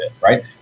right